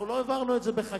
אנחנו לא העברנו את זה בחקיקה,